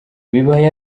bibaye